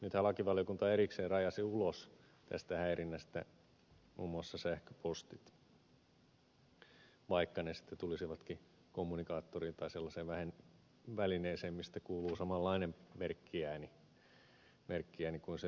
nythän lakivaliokunta erikseen rajasi ulos tästä häirinnästä muun muassa sähköpostit vaikka ne sitten tulisivatkin kommunikaattoriin tai sellaiseen välineeseen mistä kuuluu samanlainen merkkiääni kuin tekstiviestistä